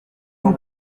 vous